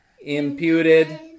imputed